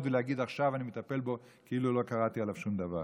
ולהגיד: עכשיו אני מטפל בו כאילו לא קראתי עליו שום דבר.